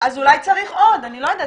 אולי צריך עוד, אני לא יודעת.